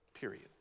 Period